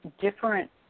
different